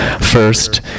First